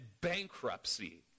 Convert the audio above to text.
bankruptcy